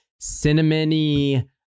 cinnamony